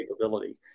capability